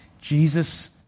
Jesus